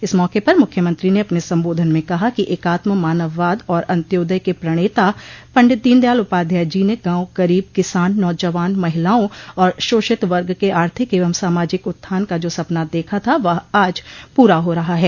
इस मौके पर मुख्यमंत्री ने अपने संबोधन में कहा कि एकात्म मानववाद और अन्त्योदय के प्रणता पंडित दीनदयाल उपाध्याय जी ने गांव गरीब किसान नौजवान महिलाओं और शोषित वर्ग के आर्थिक एवं सामाजिक उत्थान का जो सपना देखा था वह आज पूरा हो रहा है